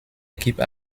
équipe